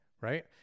right